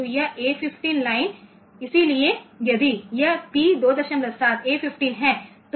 तो यह A15 line इसलिए यदि यह P 27 A15 है